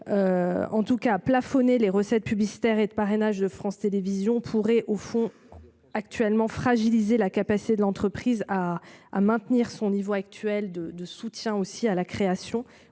En tout cas à plafonner les recettes publicitaires et de parrainage de France Télévisions pourrait au fond actuellement fragilisé la capacité de l'entreprise à à maintenir son niveau actuel de de soutien aussi à la création